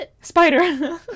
spider